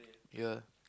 ya